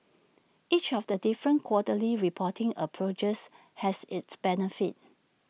each of the different quarterly reporting approaches has its benefits